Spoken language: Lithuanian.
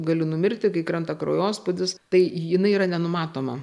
gali numirti kai krenta kraujospūdis tai jinai yra nenumatoma